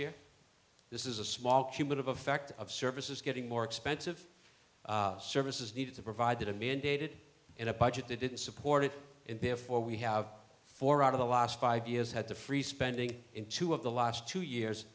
year this is a small cumulative effect of services getting more expensive services needed to provide that a mandated in a budget that didn't support it and therefore we have four out of the last five years had the free spending in two of the last two years